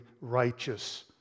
righteous